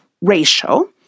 ratio